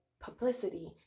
publicity